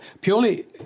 Purely